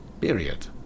period